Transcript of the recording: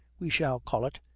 we shall call it,